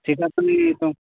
ଠିକ୍ ଅଛି ତ ତ